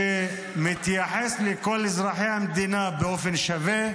שמתייחס לכל אזרחי המדינה באופן שווה,